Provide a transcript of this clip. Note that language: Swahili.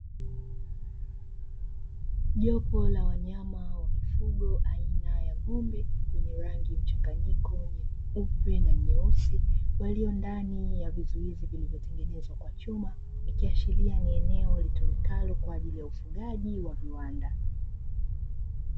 Jopo la wanyama wa mifugo aina ya ng'ombe wenye rangi mchanganyiko nyeupe na nyeusi. Walio ndani ya vizuizi vilivyotengenezwa kwa chuma. Ikiashiria ni eneo litumikalo kwa ajili ya ufugaji wa viwanda.